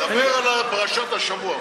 דבר על פרשת השבוע.